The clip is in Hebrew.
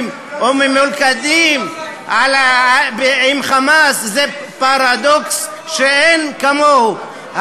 או ממוקדים עם "חמאס" זה פרדוקס שאין כמוהו,